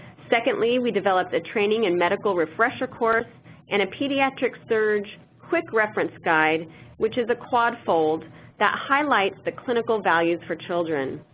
secondly, we developed a training and medical refresher course and a pediatric surge quick reference guide which is a quad-fold that highlights the clinical values for children.